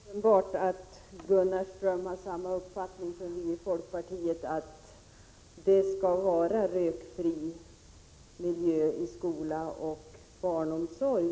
Herr talman! Det är uppenbart att Gunnar Ström har samma uppfattning som vi i folkpartiet, nämligen att det skall vara rökfri miljö i skolor och inom barnomsorgen.